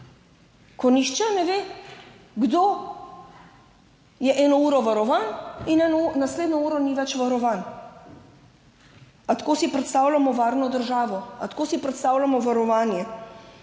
ko nihče ne ve, kdo je eno uro varovan in naslednjo uro ni več varovan. Ali tako si predstavljamo varno državo? Ali tako si predstavljamo varovanje?